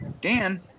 Dan